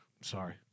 Sorry